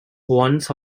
once